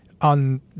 on